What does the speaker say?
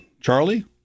charlie